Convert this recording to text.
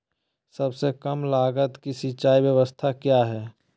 सबसे कम लगत की सिंचाई ब्यास्ता क्या है?